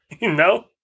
No